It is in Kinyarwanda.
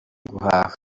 guhaha